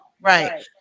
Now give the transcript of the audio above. Right